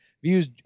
Views